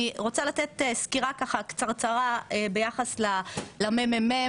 אני רוצה לתת סקירה קצרצרה ביחס למ.מ.מ,